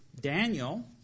Daniel